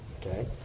Okay